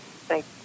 Thank